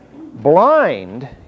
blind